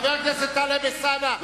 חבר הכנסת טלב אלסאנע,